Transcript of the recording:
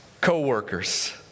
co-workers